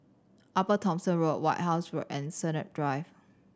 Upper Thomson Road White House Road and Sennett Drive